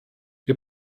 wir